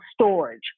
storage